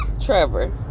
Trevor